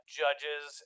judges